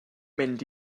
mynd